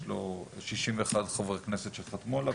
יש 61 חברי כנסת שחתמו עליו,